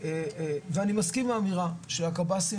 ואני מסכים עם האמירה שלקבסי"ם..